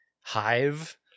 hive